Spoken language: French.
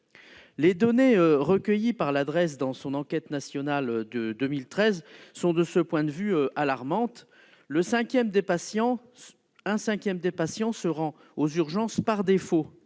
Les données recueillies par la Drees dans son enquête nationale de 2013 sont, de ce point de vue, alarmantes. Ainsi, un cinquième des patients se rend aux urgences par défaut.